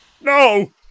No